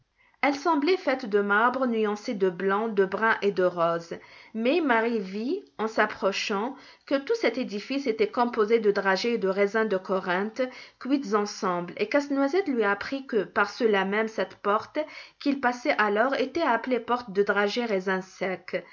elle semblait faite de marbres nuancés de blanc de brun et de rose mais marie vit en s'approchant que tout cet édifice était composé de dragées et de raisins de corinthe cuits ensemble et casse-noisette lui apprit que par cela même cette porte qu'ils passaient alors était appelée porte de dragées raisins secs